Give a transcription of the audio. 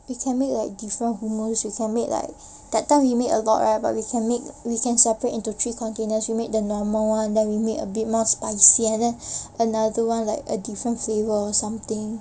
we can make like hummus we can make like that time we made a lot right but we can make we can separate into three containers we made the normal one then we make a bit more spicy and then another one like a different flavour or something